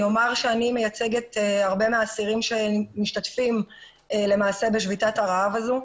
אני אומר שאני מייצגת הרבה מהאסירים שמשתתפים בשביתת הרעב הזו.